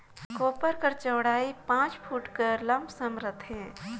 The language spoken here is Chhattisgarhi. कोपर कर चउड़ई पाँच फुट कर लमसम रहथे